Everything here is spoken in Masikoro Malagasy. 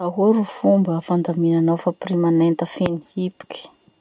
Ahoa ro fomba fandaminanao fampiriman'enta feno hipoky?